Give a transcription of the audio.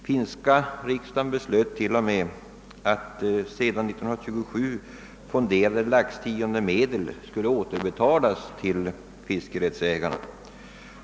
Finska riksdagen beslöt till och med att sedan 1927 fonderade laxtiondemedel skulle återbetalas till fiskerättsägarna.